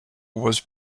was